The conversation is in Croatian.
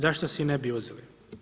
Zašto si ne bi uzeli.